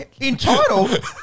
Entitled